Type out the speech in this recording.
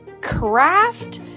craft